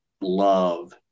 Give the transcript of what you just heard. love